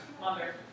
mother